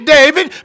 David